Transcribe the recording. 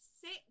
six